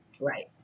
Right